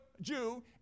Jew